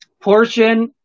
portion